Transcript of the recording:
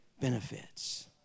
benefits